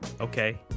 okay